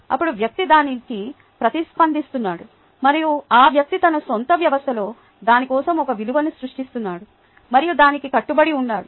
అప్పుడు వ్యక్తి దానికి ప్రతిస్పందిస్తున్నాడు మరియు ఆ వ్యక్తి తన సొంత వ్యవస్థలో దాని కోసం ఒక విలువను సృష్టిస్తున్నాడు మరియు దానికి కట్టుబడి ఉంటాడు